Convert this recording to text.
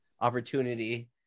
opportunity